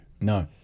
No